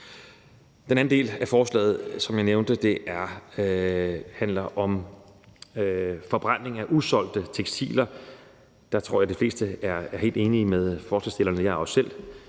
Den anden del af forslaget handler om forbrænding af usolgte tekstiler. Der tror jeg, at de fleste er helt enige med forslagsstillerne, det er jeg også selv,